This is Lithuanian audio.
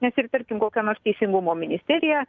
nes ir tarkim kokio nors teisingumo ministerija